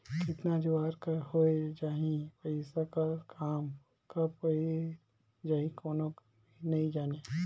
केतना जुवार का होए जाही, पइसा कर काम कब पइर जाही, कोनो नी जानें